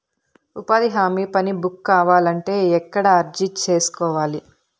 ఉపాధి హామీ పని బుక్ కావాలంటే ఎక్కడ అర్జీ సేసుకోవాలి?